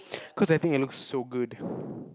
cause I think it looks so good